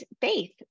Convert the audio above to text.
faith